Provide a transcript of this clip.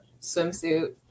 swimsuit